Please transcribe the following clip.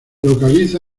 localiza